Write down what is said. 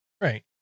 right